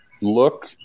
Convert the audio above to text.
look